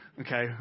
Okay